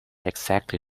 exactly